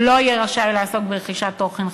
והוא לא יהיה רשאי לעסוק ברכישת תוכן חדש.